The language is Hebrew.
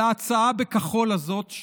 על ההצעה בכחול הזאת,